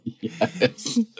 Yes